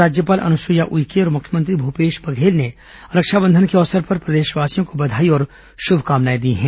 राज्यपाल अनुसुईया उइके और मुख्यमंत्री भूपेश बघेल ने रक्षाबंधन के अवसर पर प्रदेशवासियों को बधाई और शुभकामनाएं दी हैं